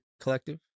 Collective